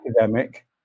academic